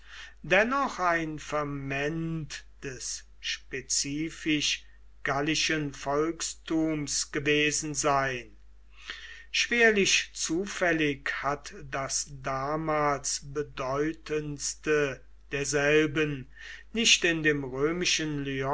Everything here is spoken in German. dennoch ein ferment des spezifisch gallischen volkstums gewesen sein schwerlich zufällig hat das damals bedeutendste derselben nicht in dem römischen